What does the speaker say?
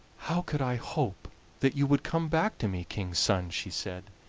how could i hope that you would come back to me king's son? she said.